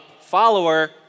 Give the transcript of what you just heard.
follower